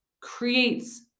creates